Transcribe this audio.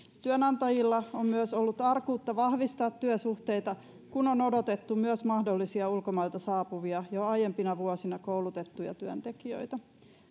työnantajilla on myös ollut arkuutta vahvistaa työsuhteita kun on odotettu myös mahdollisia ulkomailta saapuvia jo aiempina vuosina koulutettuja työntekijöitä